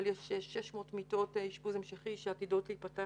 אבל יש 600 מיטות אשפוז המשכי שעתידות להיפתח